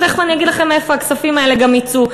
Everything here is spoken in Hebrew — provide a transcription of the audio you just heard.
ותכף אני אגיד לכם מאיפה הכספים האלה יצאו,